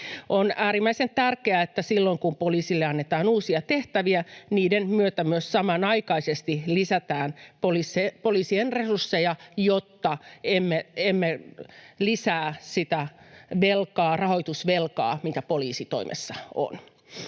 On äärimmäisen tärkeää, että silloin kun poliisille annetaan uusia tehtäviä, niiden myötä samanaikaisesti myös lisätään poliisien resursseja, jotta emme lisää sitä rahoitusvelkaa, mikä poliisitoimessa on.